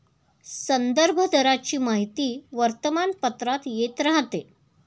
संदर्भ दराची माहिती वर्तमानपत्रात येत राहते